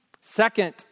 Second